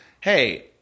hey